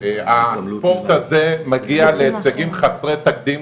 הספורט הזה מגיע להישגים חסרי תקדים.